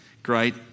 great